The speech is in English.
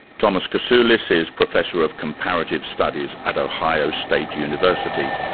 thomas kasulis is professor of comparative studies at ohio state university.